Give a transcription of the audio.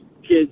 kids